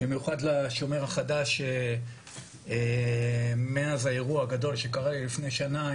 במיוחד לשומר החדש שמאז האירוע הגדול שקרה לי לפני שנה,